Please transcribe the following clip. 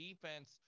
defense –